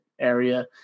area